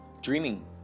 dreaming